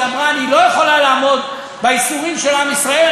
היא אמרה: אני לא יכולה לעמוד באיסורים של עם ישראל,